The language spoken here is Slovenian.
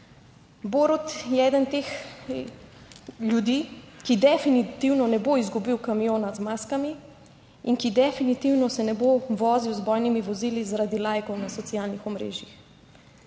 Borut je eden teh ljudi, ki definitivno ne bo izgubil kamiona z maskami, in ki definitivno se ne bo vozil z bojnimi vozili zaradi laikov na socialnih omrežjih.